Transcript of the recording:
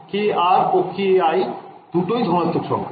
kr ও ki দুটোই ধনাত্মক সংখ্যা